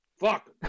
Fuck